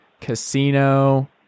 Casino